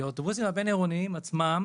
כי האוטובוסים הבין-עירוניים עצמם